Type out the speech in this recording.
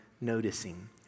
noticing